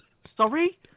Sorry